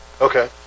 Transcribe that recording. Okay